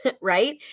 right